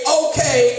okay